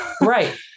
Right